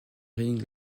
ring